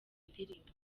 ndirimbo